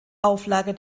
auflage